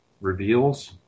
reveals